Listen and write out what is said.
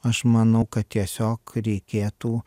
aš manau kad tiesiog reikėtų